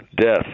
death